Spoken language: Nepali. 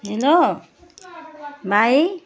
हेलो भाइ